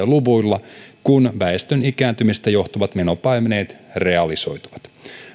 luvuilla kun väestön ikääntymisestä johtuvat menopaineet realisoituvat